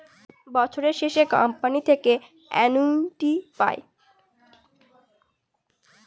বছরের শেষে কোম্পানি থেকে অ্যানুইটি পায়